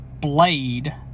Blade